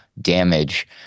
damage